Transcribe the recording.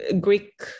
greek